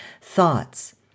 thoughts